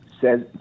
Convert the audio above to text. says